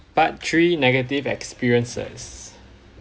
part three negative experiences